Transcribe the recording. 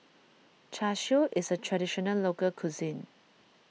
Char Siu is a Traditional Local Cuisine